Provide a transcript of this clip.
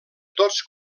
tots